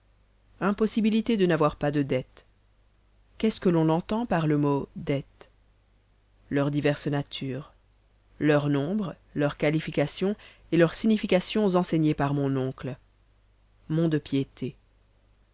impossibilité de n'avoir pas de dettes qu'est-ce que l'on entend par le mot dettes leurs diverses natures leur nombre leurs qualifications et leurs significations enseignées par mon oncle mont-de-piété